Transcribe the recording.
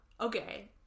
okay